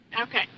okay